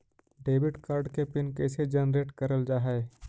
Debit card के PIN कैसे generate करल जाहै?